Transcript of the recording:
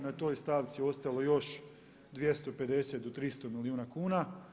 Na toj stavci je ostalo još 250 do 300 milijuna kuna.